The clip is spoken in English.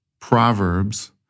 proverbs